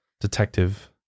detective